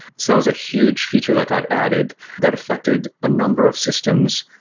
so that was a huge feature that got added that affected a number of systems,